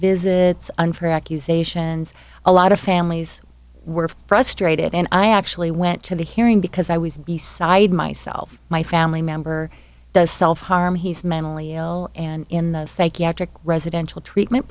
visit it's unfair accusations a lot of families were frustrated and i actually went to the hearing because i was beside myself my family member does self harm he's mentally ill and in the psychiatric residential treatment